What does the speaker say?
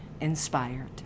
inspired